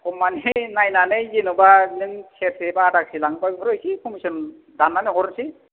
कम मानि नायनानै जेनेबा नों सेरसे बा आधा सेर लाङोबा बेफोराव एसे क'मिसन दाननानै हरनोसै